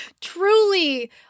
truly